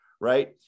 Right